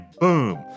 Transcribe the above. boom